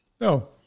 No